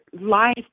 life